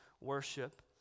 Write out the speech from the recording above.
worship